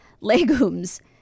legumes